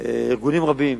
ארגונים רבים